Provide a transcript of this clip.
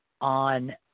On